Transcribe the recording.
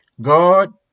God